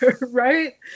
Right